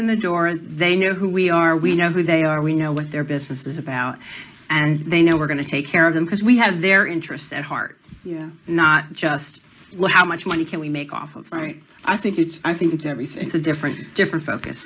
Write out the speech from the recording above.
in the door and they know who we are we know who they are we know what their business is about and they know we're going to take care of them because we have their interests at heart not just what how much money can we make off of right i think it's i think it's everything it's a different different focus